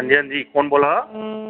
हां जी हां जी कु'न बोला दा